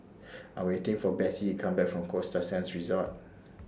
I'm waiting For Besse to Come Back from Costa Sands Resort